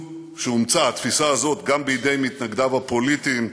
שאומצה, התפיסה הזאת, גם בידי מתנגדיו הפוליטיים.